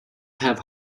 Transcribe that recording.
have